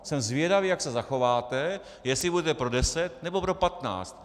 Jsem zvědavý, jak se zachováte, jestli budete pro deset, nebo pro patnáct.